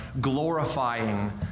glorifying